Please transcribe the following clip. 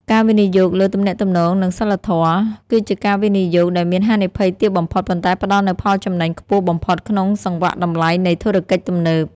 ការវិនិយោគលើ "ទំនាក់ទំនង និងសីលធម៌" គឺជាការវិនិយោគដែលមានហានិភ័យទាបបំផុត ប៉ុន្តែផ្ដល់នូវផលចំណេញខ្ពស់បំផុតក្នុងសង្វាក់តម្លៃនៃធុរកិច្ចទំនើប។